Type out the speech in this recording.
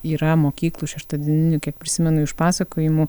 yra mokyklų šeštadieninių kiek prisimenu iš pasakojimų